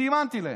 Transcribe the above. סימנתי להם,